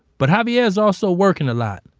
but javier is also working a lot.